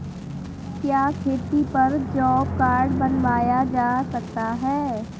क्या खेती पर जॉब कार्ड बनवाया जा सकता है?